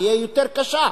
תהיה יותר קשה.